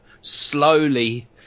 Slowly